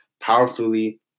powerfully